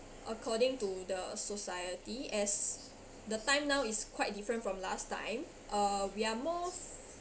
according to the society as the time now is quite different from last time uh we are more